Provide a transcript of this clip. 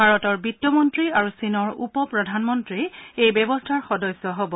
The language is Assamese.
ভাৰতৰ বিত্তমন্তী আৰু চীনৰ উপ প্ৰধানমন্তী এই ব্যৱস্থাৰ সদস্য হব